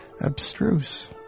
Abstruse